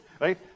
Right